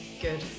Good